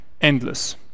endless